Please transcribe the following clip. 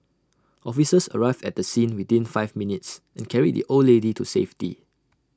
officers arrived at the scene within five minutes and carried the old lady to safety